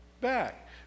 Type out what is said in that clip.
back